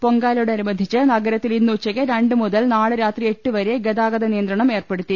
പൊങ്കാലയോടനുബന്ധിച്ച് നഗരത്തിൽ ഇന്നുച്ചക്ക് രണ്ട് മുതൽ നാളെ രാത്രി എട്ട് വരെ ഗതാഗുത് നിയന്ത്രണം ഏർപ്പെടു ത്തി